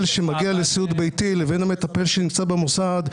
שמגיע לסיעוד לבין המטפל שנמצא במוסד,